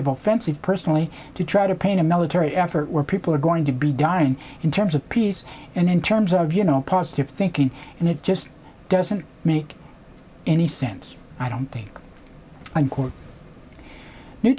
of offensive personally to try to paint a military effort where people are going to be dying in terms of peace and in terms of you know positive thinking and it just doesn't make any sense i don't think i'm